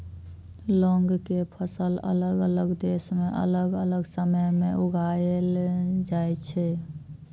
लौंग के फसल अलग अलग देश मे अलग अलग समय मे उगाएल जाइ छै